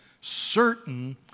certain